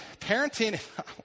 parenting